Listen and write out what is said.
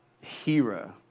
hero